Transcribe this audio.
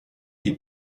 die